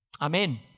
Amen